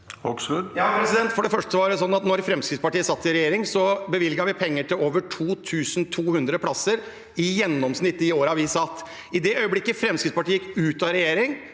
For det første var det sånn at i de årene Fremskrittspartiet satt i regjering, bevilget vi penger til over 2 200 plasser i gjennomsnitt. I det øyeblikket Fremskrittspartiet gikk ut av regjering,